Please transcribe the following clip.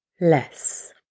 less